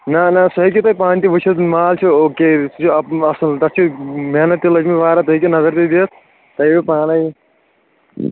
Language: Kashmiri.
نہ نہ سُہ ہیٚکِو تُہھ پانہٕ تہِ وٕچھتھ مال چھُ اوکے یہِ اصل تتھ چھِ محنت تہِ ٔلج مٕژ واریاہ بے ہیٚکو نظر تہِ دِتھ تۄہہِ ییو پانے